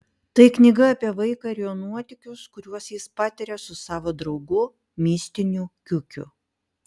tai knyga apie vaiką ir jo nuotykius kuriuos jis patiria su savo draugu mistiniu kiukiu